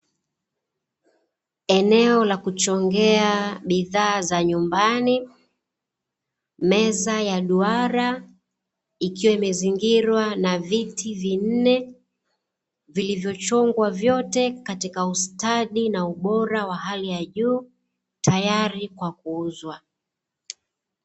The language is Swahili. Eneo la kuchongea, bidhaa za nyumbani, meza ya duara, ikiwa imezingirwa na viti vinne, vilivyochongwa vyote katika ustadi na ubora wa hali ya juu tayari kwa kuuzwa.